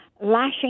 lashing